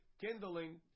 Kindling